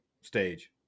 stage